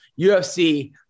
UFC